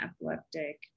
epileptic